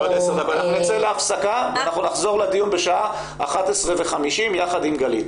אנחנו נצא להפסקה ונחזור לדיון בשעה 11:50 ביחד עם גלית